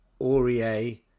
Aurier